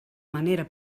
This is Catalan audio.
manera